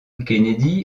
kennedy